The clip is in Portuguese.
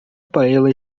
paella